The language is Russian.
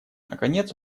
наконец